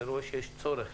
אני רואה שיש צורך